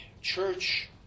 church